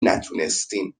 نتونستیم